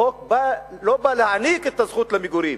החוק לא בא להעניק את הזכות למגורים,